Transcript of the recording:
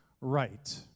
right